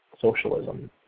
socialism